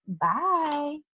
Bye